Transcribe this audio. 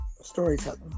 Storytelling